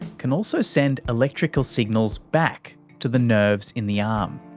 can also send electrical signals back to the nerves in the arm,